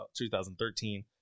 2013